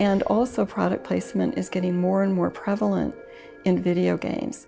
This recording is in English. and also product placement is getting more and more prevalent in video games